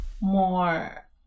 more